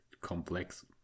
complex